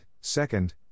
second